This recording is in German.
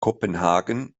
kopenhagen